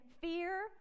fear